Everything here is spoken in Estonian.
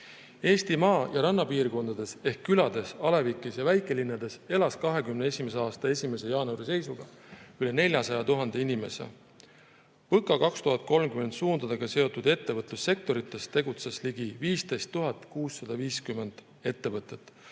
Eesti maa‑ ja rannapiirkondades ehk külades, alevikes ja väikelinnades elas 2021. aasta 1. jaanuari seisuga üle 400 000 inimese. "PõKa 2030" suundadega seotud ettevõtlussektorites tegutses ligi 15 650 ettevõtet,